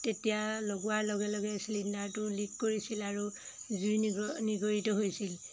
তেতিয়া লগোৱাৰ লগে লগে চিলিণ্ডাৰটো লিক কৰিছিল আৰু জুই নিগৰিত হৈছিল